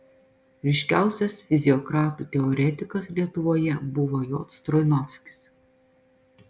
ryškiausias fiziokratų teoretikas lietuvoje buvo j stroinovskis